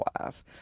class